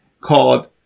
called